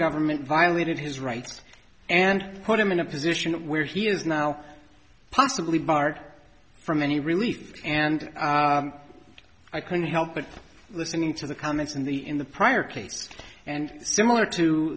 government violated his rights and put him in a position where he is now possibly barred from any relief and i couldn't help but listening to the comments in the in the prior case and similar to